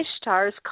Ishtar's